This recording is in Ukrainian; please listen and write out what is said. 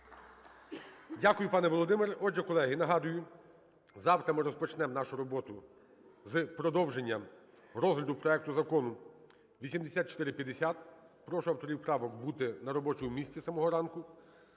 Дякую, пане Володимире. Отже, колеги, нагадую, завтра ми розпочнемо нашу роботу з продовження розгляду проекту Закону 8450. Прошу авторів правок бути на робочому місці з самого ранку.